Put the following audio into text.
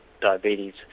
diabetes